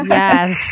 yes